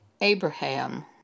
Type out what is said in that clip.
Abraham